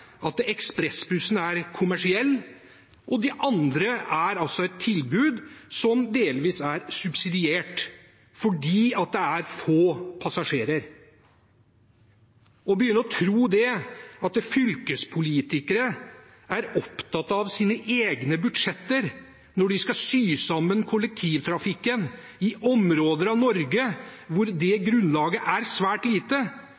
subsidiert fordi det er få passasjerer. Å begynne å tro at fylkespolitikere er opptatt av sine egne budsjetter når de skal sy sammen kollektivtrafikken i områder av Norge hvor grunnlaget er svært lite,